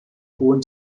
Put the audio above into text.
hohen